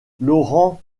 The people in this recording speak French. laurent